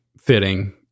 fitting